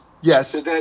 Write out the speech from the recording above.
Yes